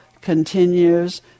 continues